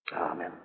Amen